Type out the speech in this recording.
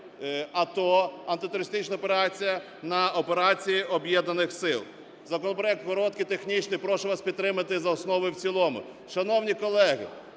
АТО – "антитерористична операція" на "операція Об'єднаних сил". Законопроект короткий, технічний. Прошу вас підтримати за основу і в цілому. Шановні колеги,